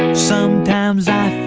sometimes i